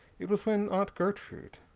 it was when aunt gertrude